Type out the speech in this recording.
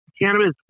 cannabis